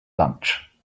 lunch